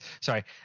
Sorry